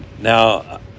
Now